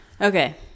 Okay